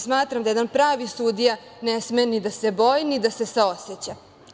Smatram da jedan pravi sudija ne sme ni da se boji ni da se saoseća.